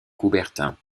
coubertin